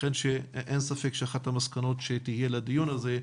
לכן, אין ספק, שאחת המסקנות שתהיה לדיון הזה,